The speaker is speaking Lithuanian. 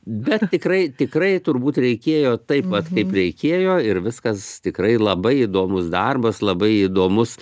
bet tikrai tikrai turbūt reikėjo taip vat kaip reikėjo ir viskas tikrai labai įdomus darbas labai įdomus